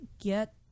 get